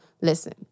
Listen